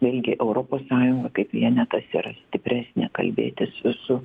vėlgi europos sąjunga kaip vienetas ir stipresnė kalbėtis su